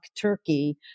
turkey